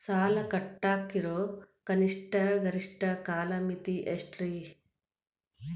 ಸಾಲ ಕಟ್ಟಾಕ ಇರೋ ಕನಿಷ್ಟ, ಗರಿಷ್ಠ ಕಾಲಮಿತಿ ಎಷ್ಟ್ರಿ?